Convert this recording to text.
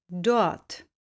dort